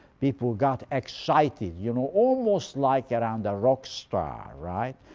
people got excited, you know, almost like around a rock star. right?